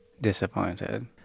Disappointed